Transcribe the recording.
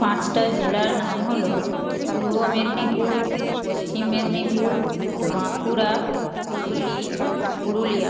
পাঁচটা জেলার নাম হলো পূর্ব মেদিনীপুর পশ্চিম মেদিনীপুর বাঁকুড়া হুগলি পুরুলিয়া